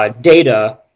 data